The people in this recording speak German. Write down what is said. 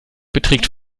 beträgt